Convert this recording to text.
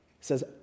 says